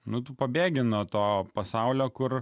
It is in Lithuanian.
nu tu pabėgi nuo to pasaulio kur